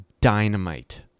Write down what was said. dynamite